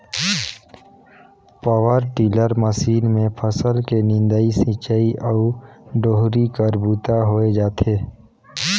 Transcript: power tiller machine मे फसल के निंदई, सिंचई अउ डोहरी कर बूता होए जाथे